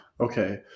Okay